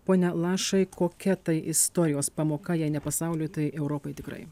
pone lašai kokia tai istorijos pamoka jei ne pasauliui tai europai tikrai